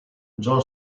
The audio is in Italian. joan